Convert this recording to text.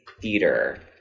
theater